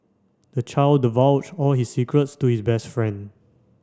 the child divulged all his secrets to his best friend